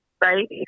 right